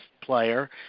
player